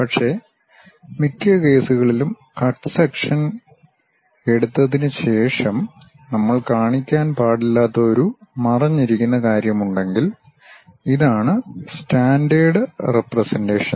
പക്ഷേ മിക്ക കേസുകളിലും കട്ട് സെക്ഷൻ എടുത്തതിനുശേഷം നമ്മൾ കാണിക്കാൻ പാടില്ലാത്ത ഒരു മറഞ്ഞിരിക്കുന്ന കാര്യമുണ്ടെങ്കിൽ ഇതാണ് സ്റ്റാൻഡേർഡ് റെപ്രസെൻ്റെഷൻ